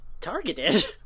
Targeted